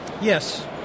Yes